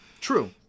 true